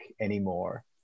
anymore